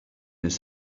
this